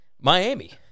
Miami